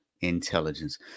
intelligence